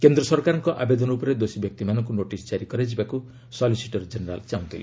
କେନ୍ଦ୍ର ସରକାରଙ୍କ ଆବେଦନ ଉପରେ ଦୋଷୀ ବ୍ୟକ୍ତିମାନଙ୍କୁ ନୋଟିସ୍ ଜାରି କରାଯିବାକୁ ସଲିସିଟର ଜେନେରାଲ୍ ଚାହୁଁଥିଲେ